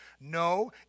No